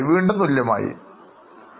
രണ്ടാമത്തേതും നിങ്ങൾക്ക് മനസ്സിലായില്ലേ